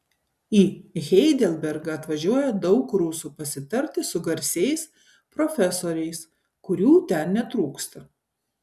į heidelbergą atvažiuoja daug rusų pasitarti su garsiais profesoriais kurių ten netrūksta